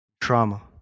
trauma